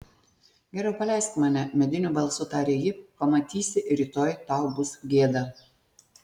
geriau paleisk mane mediniu balsu tarė ji pamatysi rytoj tau bus gėda